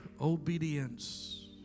obedience